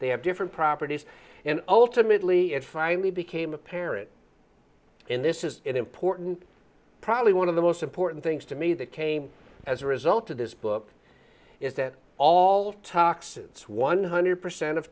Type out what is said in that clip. they have different properties and ultimately it finally became apparent and this is important probably one of the most important things to me that came as a result of this book is that all toxins one hundred percent of